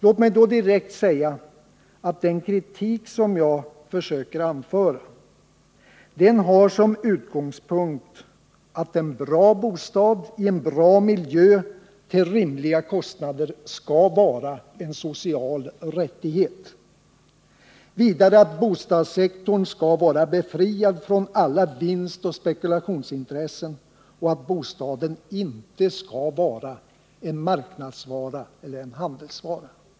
Låt mig då direkt säga att den kritik som jag försöker anföra har som utgångspunkt att en bra bostad i en bra miljö till rimliga kostnader skall vara en social rättighet; vidare att bostadssektorn skall vara befriad från alla vinstoch spekulationsintressen och att bostaden inte skall vara en marknadsvara eller en handelsvara.